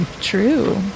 True